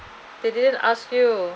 they didn't ask you